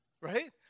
right